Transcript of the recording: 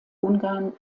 ungarn